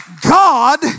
God